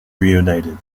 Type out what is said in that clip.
reunited